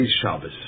Shabbos